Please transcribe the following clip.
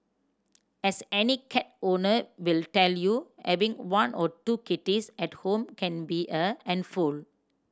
as any cat owner will tell you having one or two kitties at home can be a handful